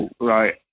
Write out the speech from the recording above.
Right